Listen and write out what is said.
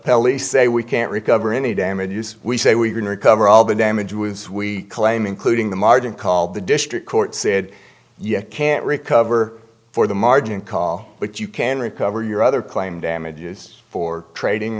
appellee say we can't recover any damages we say we can recover all the damage was we claim including the margin call the district court said you can't recover for the margin call but you can recover your other claim damages for trading